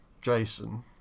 Jason